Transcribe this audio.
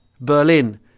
Berlin